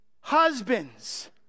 husbands